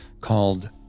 called